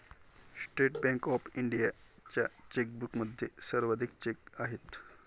state bank of इंडियाच्या चेकबुकमध्ये सर्वाधिक चेक आहेत